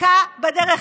בבקשה,